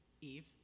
Eve